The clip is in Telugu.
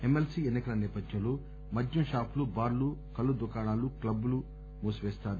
ఎమ్మెల్సీ ఎన్నికల సేపథ్యంలో మద్యం షాపులు బార్లు కల్లు దుకాణాలు క్లబ్బులు మూసిపేస్తారు